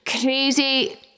crazy